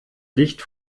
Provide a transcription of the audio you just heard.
licht